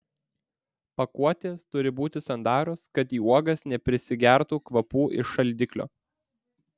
pakuotės turi būti sandarios kad į uogas neprisigertų kvapų iš šaldiklio